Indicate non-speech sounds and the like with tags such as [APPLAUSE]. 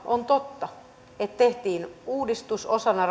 on totta että viime hallituskaudella tehtiin uudistus osana [UNINTELLIGIBLE]